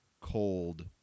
cold